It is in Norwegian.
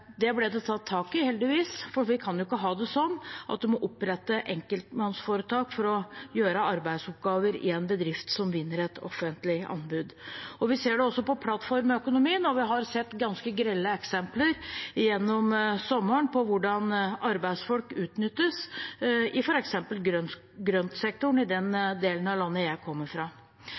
Det ble det tatt tak i, heldigvis, for vi kan ikke ha det sånn at man må opprette enkeltpersonforetak for å gjøre arbeidsoppgaver i en bedrift som vinner et offentlig anbud. Vi ser det også på plattformøkonomien, og gjennom sommeren har vi sett ganske grelle eksempler på hvordan arbeidsfolk utnyttes i f.eks. grøntsektoren i den delen av landet jeg kommer fra.